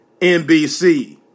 NBC